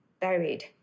buried